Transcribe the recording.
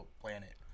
planet